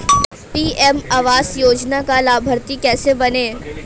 PM आवास योजना का लाभर्ती कैसे बनें?